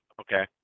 Okay